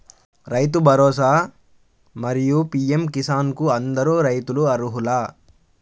రైతు భరోసా, మరియు పీ.ఎం కిసాన్ కు అందరు రైతులు అర్హులా?